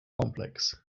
complex